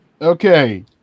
Okay